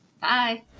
Bye